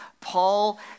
Paul